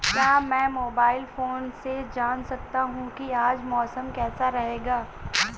क्या मैं mobile phone से जान सकता हूँ कि आज मौसम कैसा रहेगा?